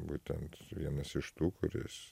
būtent vienas iš tų kuris